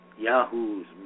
Yahoo's